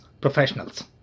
professionals